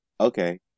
okay